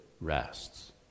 rests